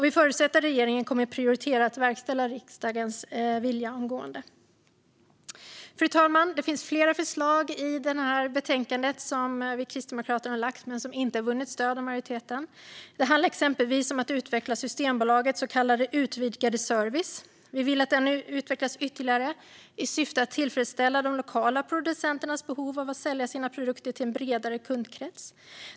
Vi förutsätter att regeringen kommer att prioritera att verkställa riksdagens vilja omgående. Fru talman! Det finns flera förslag från oss kristdemokrater i dagens betänkande som inte har vunnit stöd av majoriteten. Det handlar exempelvis om att utveckla Systembolagets så kallade utvidgade service. Vi vill att den utvecklas ytterligare i syfte att tillfredsställa de lokala producenternas behov av att sälja sina produkter till en bredare kundkrets.